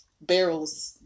barrels